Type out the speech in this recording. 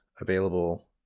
available